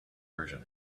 version